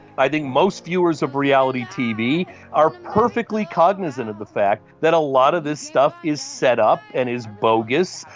i think most viewers of reality tv are perfectly cognisant of the fact that a lot of this stuff is set up and is bogus,